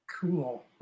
Cool